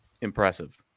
impressive